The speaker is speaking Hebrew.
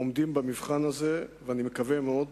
עומדים במבחן הזה, ואני מקווה מאוד